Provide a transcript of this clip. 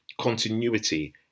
Continuity